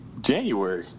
January